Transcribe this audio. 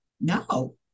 no